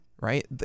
Right